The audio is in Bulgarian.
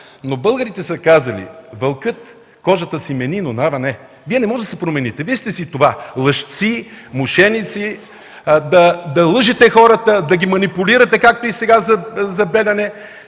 Българите са казали: „Вълкът кожата си мени, но нравът – не.” Вие не можете да се промените. Вие сте си това – лъжци, мошеници, да лъжете хората, да ги манипулирате както и сега за „Белене”.